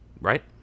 right